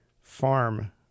farm